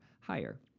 higher